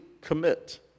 commit